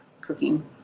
cooking